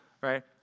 right